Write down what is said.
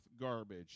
garbage